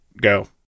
go